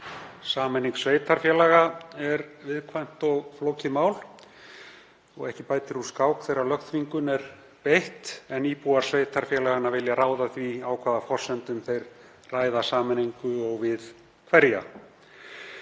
Sameining sveitarfélaga er viðkvæmt og flókið mál og ekki bætir úr skák þegar lögþvingun er beitt en íbúar sveitarfélaganna vilja ráða því á hvaða forsendum þeir ræða sameiningu og við hverja.